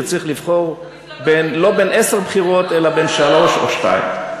שצריך לבחור לא בין עשר בחירות אלא בין שלוש או שתיים.